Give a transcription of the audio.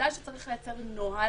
ודאי לייצר נוהל,